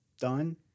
done